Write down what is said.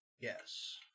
Yes